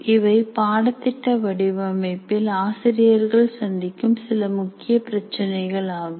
இவை பாடத்திட்ட வடிவமைப்பில் ஆசிரியர்கள் சந்திக்கும் சில முக்கிய பிரச்சனைகளாகும்